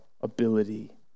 ability